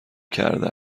کرده